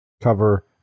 cover